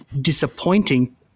disappointing